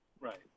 Right